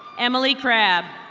emily crab.